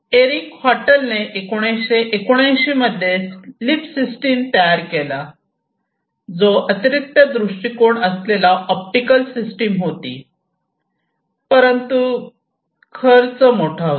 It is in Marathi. एरिक हॉलेटने सन 1979 मध्ये लीप सिस्टम तयार केला जो अतिरिक्त दृष्टीकोन असलेला ऑप्टिकल सिस्टम होती परंतु खर्च मोठा होता